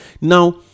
now